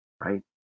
right